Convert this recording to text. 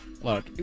Look